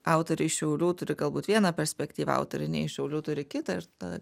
autoriai iš šiaulių turi galbūt vieną perspektyvą autoriai ne iš šiaulių turi kitą ir tada